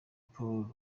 paul